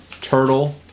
Turtle